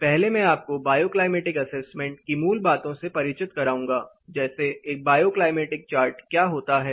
पहले मैं आपको बायोक्लाइमेटिक एसेसमेंट की मूल बातों से परिचित कराऊंगा जैसे एक बायोक्लाइमेटिक चार्ट क्या होता है